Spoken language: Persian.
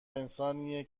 انسانیه